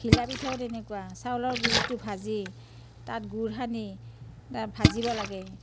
ঘিলা পিঠাও তেনেকুৱা চাউলৰ গুড়িটো ভাজি তাত গুড় সানি ভাজিব লাগে